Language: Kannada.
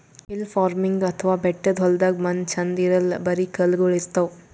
ಹಿಲ್ ಫಾರ್ಮಿನ್ಗ್ ಅಥವಾ ಬೆಟ್ಟದ್ ಹೊಲ್ದಾಗ ಮಣ್ಣ್ ಛಂದ್ ಇರಲ್ಲ್ ಬರಿ ಕಲ್ಲಗೋಳ್ ಇರ್ತವ್